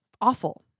awful